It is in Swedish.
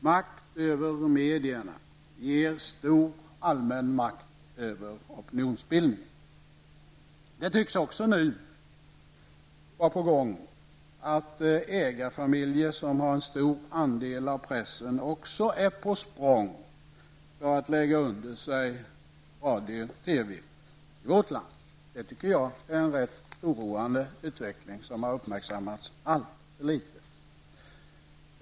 Makt över medierna ger stor allmän makt över opinionsbildningen. Det tycks också nu vara på gång att de ägarfamiljer som har en stor andel av pressen är på språng för att lägga under sig radio och TV i vårt land. Jag anser det vara en rätt oroande utveckling som har uppmärksammats alltför litet.